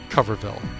Coverville